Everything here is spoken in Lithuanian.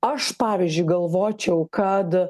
aš pavyzdžiui galvočiau kad